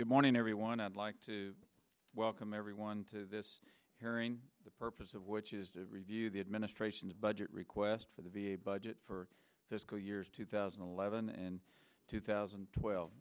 good morning everyone i'd like to welcome everyone to this hearing the purpose of which is to review the administration's budget request for the v a budget for fiscal years two thousand and eleven and two thousand wel